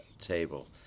table